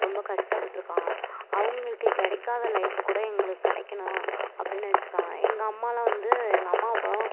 ரொம்ப கஷ்டப்பட்டுருக்காங்க அவங்களுக்கு கிடைக்காத லைஃபை கூட எங்களுக்கு கிடைக்கணும் அப்படின்னு நினைச்சிருக்காங்க எங்கள் அம்மாலாம் வந்து எங்கள் அம்மாவும் அப்பாவும்